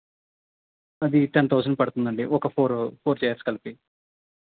అది ten thousand పడుతుంది అండి ఒక ఫోర్ ఫోర్ చైర్స్ కలిపి